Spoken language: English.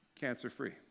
cancer-free